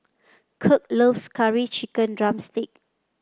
Kirk loves Curry Chicken drumstick